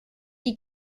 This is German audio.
die